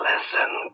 Listen